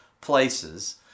places